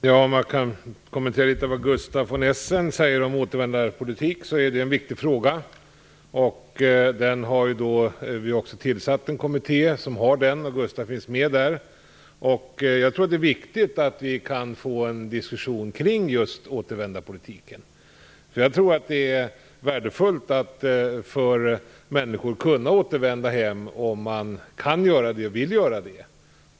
Fru talman! Låt mig kommentera litet av det Gustaf von Essen säger om återvändarpolitik. Det är en viktig fråga. Vi har ju också tillsatt en kommitté som arbetar med denna. Gustaf von Essen finns med där. Jag tror att det är viktigt att vi får en diskussion kring just återvändarpolitiken. Jag tror att det är värdefullt för människor att kunna återvända hem om de kan och vill göra det.